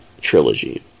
trilogy